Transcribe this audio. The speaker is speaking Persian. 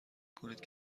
کنید